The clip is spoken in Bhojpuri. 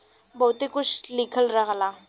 बहुते कुछ लिखल रहला